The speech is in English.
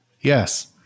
Yes